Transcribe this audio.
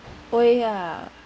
oh ya